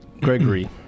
Gregory